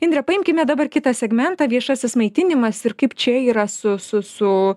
indre paimkime dabar kitą segmentą viešasis maitinimas ir kaip čia yra su su su